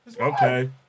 okay